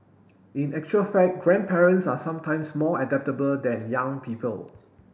in actual fact grandparents are sometimes more adaptable than young people